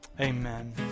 Amen